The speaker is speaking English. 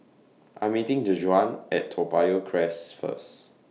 I Am meeting Dejuan At Toa Payoh Crest First